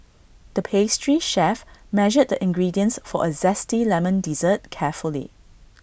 the pastry chef measured the ingredients for A Zesty Lemon Dessert carefully